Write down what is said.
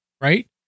right